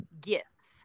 gifts